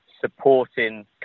supporting